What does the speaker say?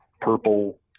purple